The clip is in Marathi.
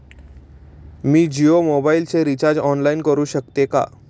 मी जियो मोबाइलचे रिचार्ज ऑनलाइन करू शकते का?